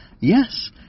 Yes